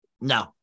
No